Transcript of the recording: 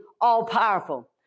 all-powerful